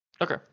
Okay